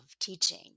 teaching